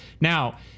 Now